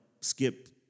skip